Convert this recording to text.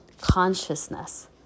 Consciousness